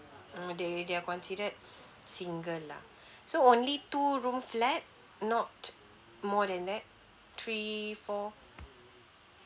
ah they they're considered single lah so only two room flat not more than that three four